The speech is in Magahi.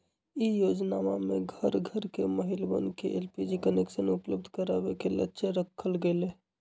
ई योजनमा में घर घर के महिलवन के एलपीजी कनेक्शन उपलब्ध करावे के लक्ष्य रखल गैले